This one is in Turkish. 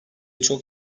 çok